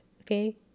okay